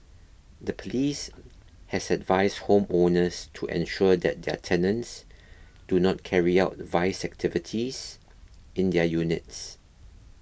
the police has advised home owners to ensure that their tenants do not carry out vice activities in their units